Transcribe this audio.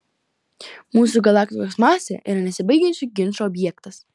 mūsų galaktikos masė yra nesibaigiančių ginčų objektas